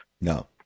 No